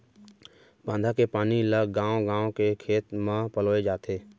बांधा के पानी ल गाँव गाँव के खेत म पलोए जाथे